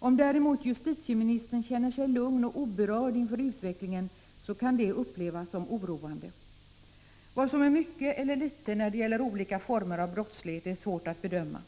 Om justitieministern däremot känner sig lugn och oberörd inför utvecklingen, kan det upplevas som oroande. Vad som är mycket eller litet när det gäller olika former av brottslighet är svårt att bedöma.